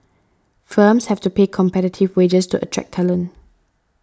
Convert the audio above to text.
firms have to pay competitive wages to attract talent